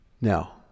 Now